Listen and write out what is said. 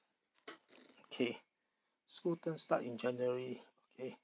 okay school term start in january okay